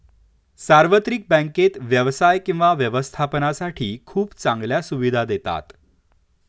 सार्वत्रिक बँकेत व्यवसाय किंवा व्यवस्थापनासाठी खूप चांगल्या सुविधा देतात